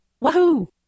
Wahoo